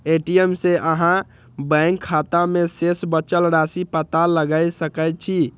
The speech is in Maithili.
ए.टी.एम सं अहां बैंक खाता मे शेष बचल राशिक पता लगा सकै छी